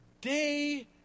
day